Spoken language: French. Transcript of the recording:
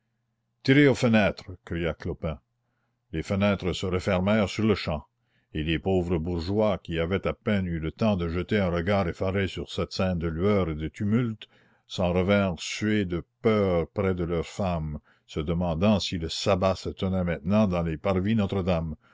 tirez aux fenêtres cria clopin les fenêtres se refermèrent sur-le-champ et les pauvres bourgeois qui avaient à peine eu le temps de jeter un regard effaré sur cette scène de lueurs et de tumultes s'en revinrent suer de peur près de leurs femmes se demandant si le sabbat se tenait maintenant dans le parvis notre-dame